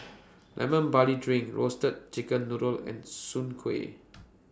Lemon Barley Drink Roasted Chicken Noodle and Soon Kuih